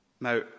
Now